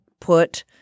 put